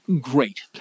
Great